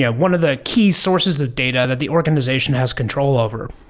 yeah one of the key sources of data that the organization has control over.